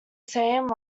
same